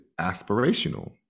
aspirational